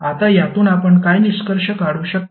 आता यातून आपण काय निष्कर्ष काढू शकतो